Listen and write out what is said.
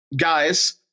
guys